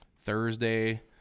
Thursday